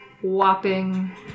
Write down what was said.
whopping